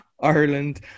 Ireland